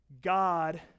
God